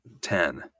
ten